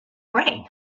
brain